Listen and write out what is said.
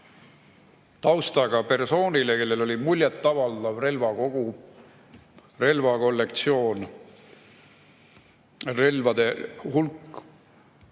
taustaga persoonile, kellel oli muljet avaldav relvakogu, relvakollektsioon, relvade hulk.